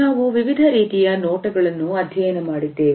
ನಾವು ವಿವಿಧ ರೀತಿಯ ನೋಟಗಳನ್ನು ಅಧ್ಯಯನ ಮಾಡಿದ್ದೇವೆ